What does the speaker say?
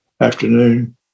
afternoon